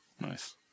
Nice